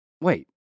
Wait